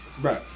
right